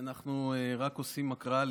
אנחנו רק עושים הקראה,